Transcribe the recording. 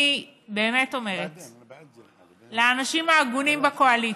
אני באמת אומרת לאנשים ההגונים בקואליציה,